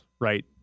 Right